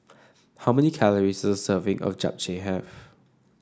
how many calories does a serving of Japchae have